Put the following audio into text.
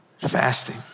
Fasting